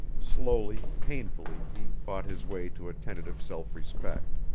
slowly, painfully, he fought his way to a tentative self-respect.